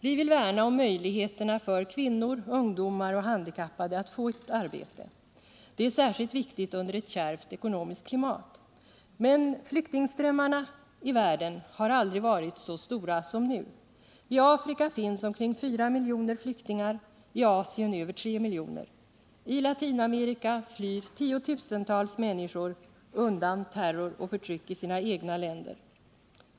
Vi vill värna om möjligheterna för kvinnor, ungdomar och handikappade att få ett arbete. Det är särskilt viktigt under ett kärvt ekonomiskt klimat. Men flyktingströmmarna i världen har aldrig varit så stora som nu. I Afrika finns omkring 4 miljoner flyktingar, i Asien över 3 miljoner. I Latinamerika flyr tiotusentals människor undan terror och förtryck i sina egna länder.